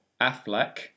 Affleck